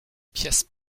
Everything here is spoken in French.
pièces